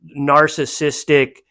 narcissistic